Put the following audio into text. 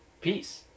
peace